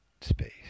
space